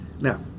Now